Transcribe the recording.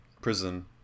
prison